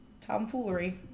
tomfoolery